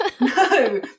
no